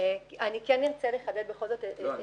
אני בכל זאת רוצה לחדד את הדברים,